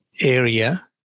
area